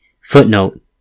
Footnote